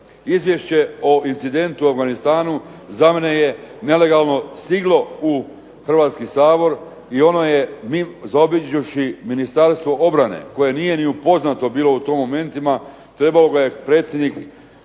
Izvješće o incidentu u Afganistanu za mene je nelegalno stiglo u Hrvatski sabor i ono je zaobiđuvši Ministarstvo obrane koje nije ni upoznato u tim momentima, trebao ga je predsjednik